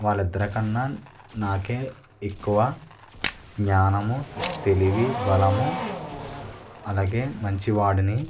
వాళ్ళ ఇద్దరికన్నా నాకే ఎక్కువ జ్ఞానము తెలివి బలము అలాగే మంచివాడిని